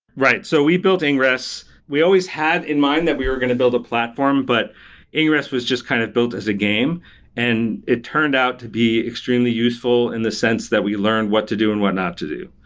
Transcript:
right. so we built ingress, we always had in mind that we are going to build a platform, but ingress was just kind of built as a game and it turned out to be extremely useful in the sense that we learn what to do and what not to do.